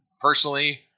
Personally